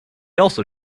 also